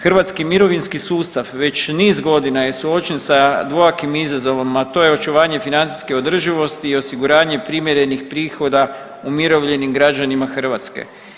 Hrvatski mirovinski sustav već niz godina je suočen sa dvojakim izazovom, a to je očuvanje financijske održivosti i osiguranje primjerenih prihoda umirovljenim građanima Hrvatske.